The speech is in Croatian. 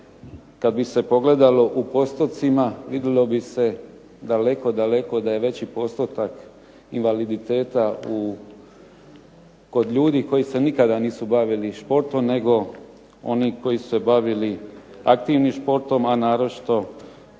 kad bi se pogledalo u postotcima vidjelo bi se daleko, daleko da je veći postotak invaliditeta kod ljudi koji se nikada nisu bavili športom, nego oni koji su se bavili aktivnim športom, a naročito